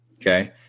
okay